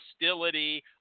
hostility